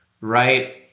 right